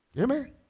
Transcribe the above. Amen